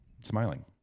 smiling